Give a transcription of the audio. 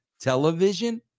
television